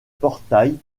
portails